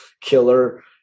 killer